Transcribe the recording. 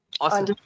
awesome